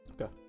Okay